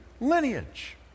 lineage